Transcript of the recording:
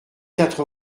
quatre